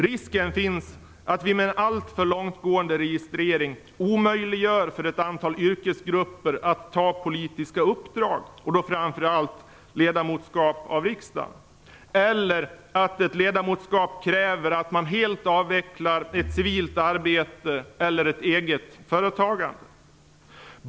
Risken finns att vi med en alltför långtgående registrering omöjliggör för ett antal yrkesgrupper att ta politiska uppdrag; framför allt gäller det ledamotskap i riksdagen. Det finns också risk för att ett ledamotskap kan kräva att man helt skall avveckla ett civilt arbete eller ett eget företagande.